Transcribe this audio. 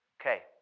Okay